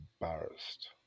embarrassed